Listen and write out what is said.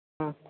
ம்